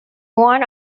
one